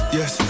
Yes